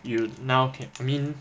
you now can I mean